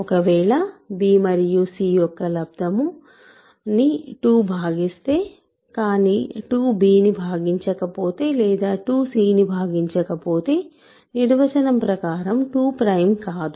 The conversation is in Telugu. ఒక వేళ b మరియు c యొక్క లబ్దం ని 2 భాగిస్తే కానీ 2 b ని భాగించకపోతే లేదా 2 c ని భాగించకపోతే నిర్వచనం ప్రకారం 2 ప్రైమ్ కాదు